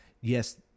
Yes